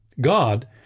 God